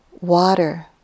water